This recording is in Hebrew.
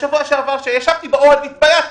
ובשבוע שעבר כשישבתי באוהל התביישתי,